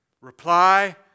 reply